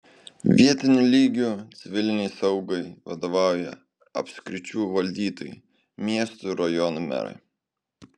vietiniu lygiu civilinei saugai vadovauja apskričių valdytojai miestų ir rajonų merai